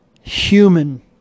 human